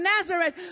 Nazareth